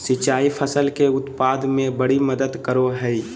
सिंचाई फसल के उत्पाद में बड़ी मदद करो हइ